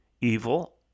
evil